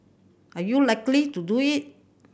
are you likely to do it